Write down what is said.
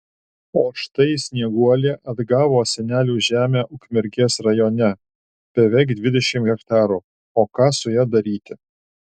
o štai snieguolė atgavo senelių žemę ukmergės rajone beveik dvidešimt hektarų o ką su ja daryti